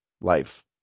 life